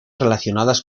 relacionadas